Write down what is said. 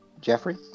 Jeffrey